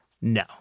No